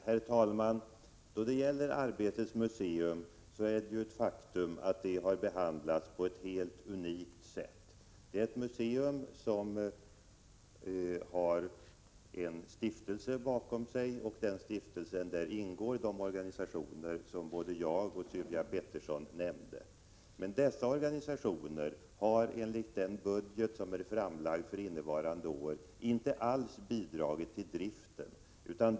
Herr talman! Det är ett faktum att Arbetets museum har behandlats på ett helt unikt sätt. Det är ett museum som har en stiftelse bakom sig. I den stiftelsen ingår de organisationer som både jag och Sylvia Pettersson nämnde. Men dessa organisationer har enligt den budget som är framlagd för innevarande år inte alls bidragit till driften.